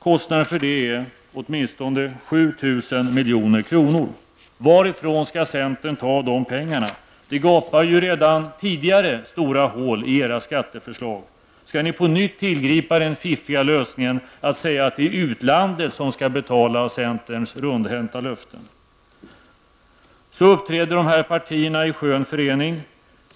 Kostnaden för detta är åtminstone 7 000 milj.kr. Varifrån skall centern ta dessa pengar? Det gapar ju redan tidigare stora hål i era skatteförslag. Skall ni på nytt tillgripa den fiffiga lösningen att säga att det är utlandet som skall betala centerns rundhänta löften? Så uppträder dessa partier i en skön förening.